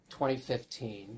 2015